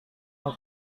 yang